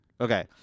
Okay